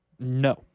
No